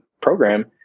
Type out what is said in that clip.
program